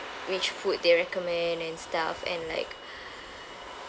which food they recommend and stuff and like